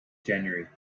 january